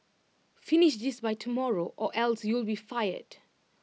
finish this by tomorrow or else you'll be fired